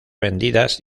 vendidas